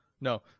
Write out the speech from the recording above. No